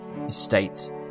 estate